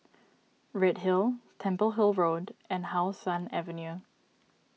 Redhill Temple Hill Road and How Sun Avenue